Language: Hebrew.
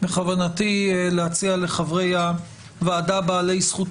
בכוונתי להציע לחברי הוועדה בעלי זכות